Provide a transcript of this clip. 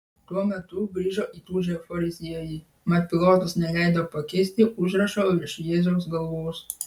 tuo metu grįžo įtūžę fariziejai mat pilotas neleido pakeisti užrašo virš jėzaus galvos